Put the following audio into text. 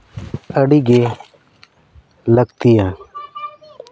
ᱟᱹᱰᱤᱜᱮ ᱞᱟᱹᱠᱛᱤᱭᱟ